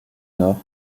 nord